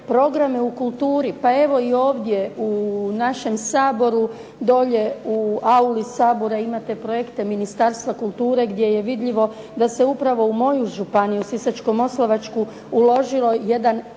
programe u kulturi, pa evo i ovdje u našem Saboru, dolje u auli Sabora imate projekte Ministarstva kulture gdje je vidljivo da se upravo u moju županiju Sisačko-moslavačku uložilo jedan